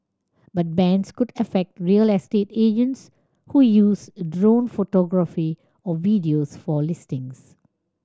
but bans could affect real estate agents who use drone photography or videos for listings